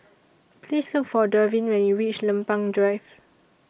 Please Look For Darvin when YOU REACH Lempeng Drive